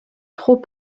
trop